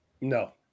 no